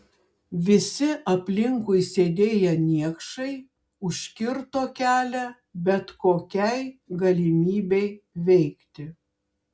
visi aplinkui sėdėję niekšai užkirto kelią bet kokiai galimybei veikti